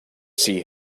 see